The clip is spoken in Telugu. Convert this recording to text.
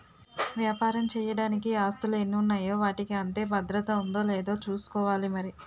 వ్యాపారం చెయ్యడానికి ఆస్తులు ఎన్ని ఉన్నాయో వాటికి అంతే భద్రత ఉందో లేదో చూసుకోవాలి మరి